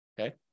Okay